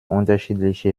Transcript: unterschiedliche